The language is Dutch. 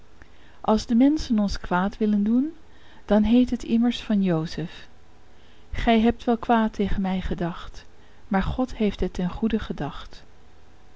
als de menschen ons kwaad willen doen dan heet het immers van jozef gij hebt wel kwaad tegen mij gedacht maar god heeft het ten goede gedacht